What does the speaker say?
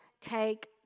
take